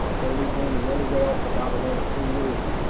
um it'll be blooming really well for about another two weeks,